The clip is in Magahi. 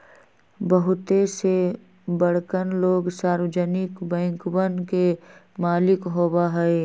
बहुते से बड़कन लोग सार्वजनिक बैंकवन के मालिक होबा हई